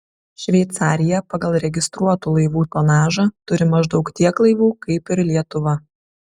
šveicarija pagal registruotų laivų tonažą turi maždaug tiek laivų kaip ir lietuva